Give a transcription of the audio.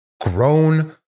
grown